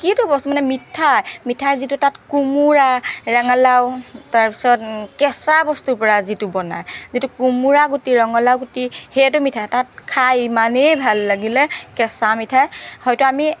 কিটো বস্তু মানে মিঠা মিঠাই যিটো তাত কোমোৰা ৰাঙালাও তাৰপিছত কেঁচা বস্তুৰ পৰা যিটো বনায় যিটো কোমোৰা গুটি ৰঙালাও গুটি সেইটো মিঠাই তাত খাই ইমানেই ভাল লাগিলে কেঁচা মিঠাই হয়তো আমি